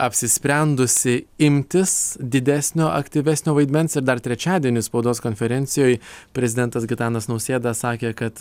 apsisprendusi imtis didesnio aktyvesnio vaidmens ir dar trečiadienį spaudos konferencijoj prezidentas gitanas nausėda sakė kad